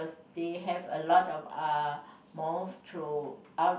they have a lot of uh malls throughout